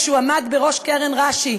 כשהוא עמד בראש קרן רש"י,